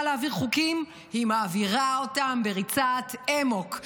להעביר חוקים היא מעבירה אותם בריצת אמוק.